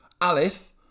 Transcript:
Alice